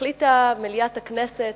החליטו מליאת הכנסת